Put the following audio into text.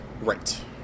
Right